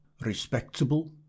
respectable